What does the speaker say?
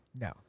No